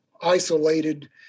isolated